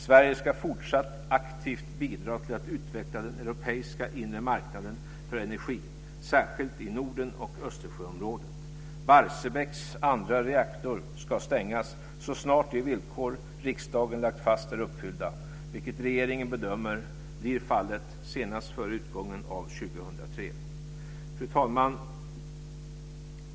Sverige ska fortsatt aktivt bidra till att utveckla den europeiska inre marknaden för energi, särskilt i Norden och Östersjöområdet. Barsebäcks andra reaktor ska stängas så snart de villkor riksdagen lagt fast är uppfyllda, vilket regeringen bedömer blir fallet senast före utgången av 2003. Fru talman!